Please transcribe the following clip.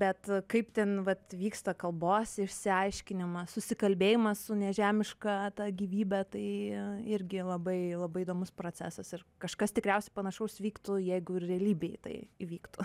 bet kaip ten vat vyksta kalbos išsiaiškinimas susikalbėjimas su nežemiška gyvybe tai irgi labai labai įdomus procesas ir kažkas tikriausiai panašaus vyktų jeigu ir realybėj tai įvyktų